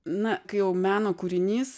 na kai jau meno kūrinys